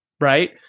Right